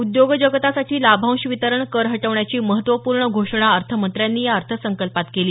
उद्योग जगतासाठी लाभांश वितरण कर हटवण्याची महत्त्वपूर्ण घोषणा अर्थमंत्र्यांनी या अर्थसंकल्पात केली